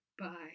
Bye